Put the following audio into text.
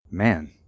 man